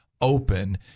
open